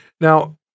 Now